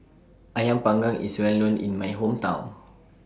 Ayam Panggang IS Well known in My Hometown